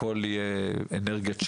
הכל יהיה אנרגיית שמש,